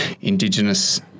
indigenous